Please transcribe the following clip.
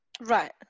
Right